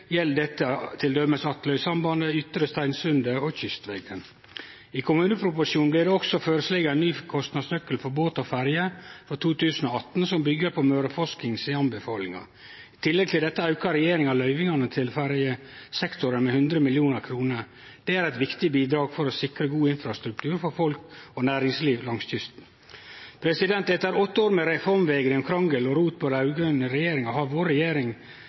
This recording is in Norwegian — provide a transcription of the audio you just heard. gjeld dette t.d. Atløysambandet, Ytre Steinsundet og Kystvegen. I kommuneproposisjonen blir det også føreslått ein ny kostnadsnøkkel for båt og ferje frå 2018 som byggjer på Møreforskings anbefalingar. I tillegg til dette aukar regjeringa løyvingane til ferjesektoren med 100 mill. kr. Det er eit viktig bidrag for å sikre god infrastruktur for folk og næringsliv langs kysten. Etter åtte år med reformvegring, krangel og rot i raud-grøn regjering har regjeringa